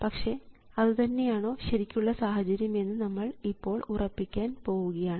പക്ഷേ ഇതുതന്നെയാണോ ശരിക്കുള്ള സാഹചര്യം എന്ന് നമ്മൾ ഇപ്പോൾ ഉറപ്പിക്കാൻ പോവുകയാണ്